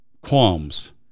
qualms